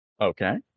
Okay